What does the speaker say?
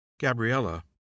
Gabriella